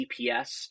GPS